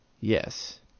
Yes